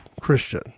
Christian